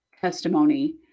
testimony